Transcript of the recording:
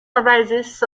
arises